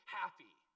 happy